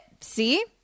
See